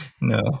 No